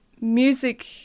music